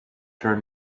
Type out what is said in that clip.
turn